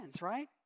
right